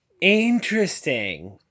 interesting